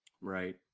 Right